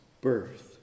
birth